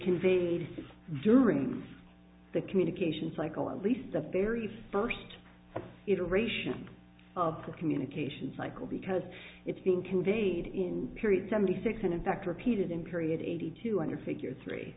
conveyed during the communication cycle at least the very first iteration of the communication cycle because it's been conveyed in period seventy six and in fact repeated in period eighty two under figure three